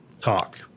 talk